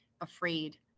afraid